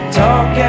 talk